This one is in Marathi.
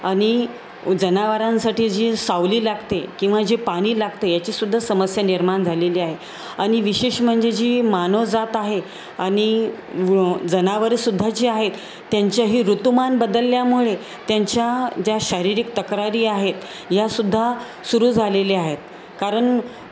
आणि जनावरांसाठी जी सावली लागते किंवा जे पाणी लागते याचीसुद्धा समस्या निर्माण झालेली आहे आणि विशेष म्हणजे जी मानव जात आहे आणि जनावरंसुद्धा जे आहेत त्यांच्याही ऋतुमान बदलल्यामुळे त्यांच्या ज्या शारीरिक तक्रारी आहेत यासुद्धा सुरू झालेल्या आहेत कारण